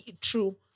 True